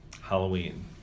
Halloween